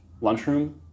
lunchroom